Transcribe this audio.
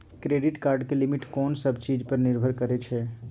Credit card के limit कोन सब चीज पर निर्भर करै छै?